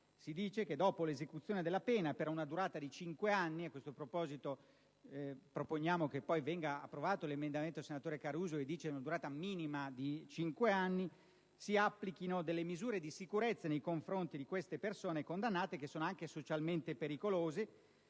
Si dice che dopo l'esecuzione della pena per una durata di cinque anni - a tale riguardo proponiamo che venga approvato l'emendamento del senatore Caruso che propone una durata minima di cinque anni - si applichino misure di sicurezza nei confronti delle persone condannate, che sono anche socialmente pericolose.